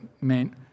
meant